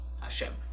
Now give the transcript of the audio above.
Hashem